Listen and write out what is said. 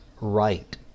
right